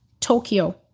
Tokyo